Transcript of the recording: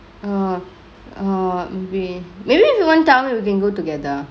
err err maybe maybe if you want tell me we can go together